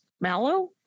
Mallow